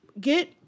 get